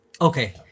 okay